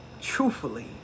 Truthfully